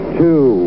two